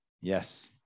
Yes